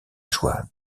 joie